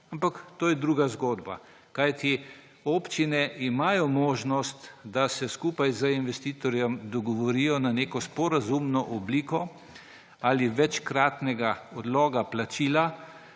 Ampak to je druga zgodba. Občine imajo možnost, da se skupaj z investitorjem dogovorijo na neko sporazumno obliko ali večkratnega odloga plačila,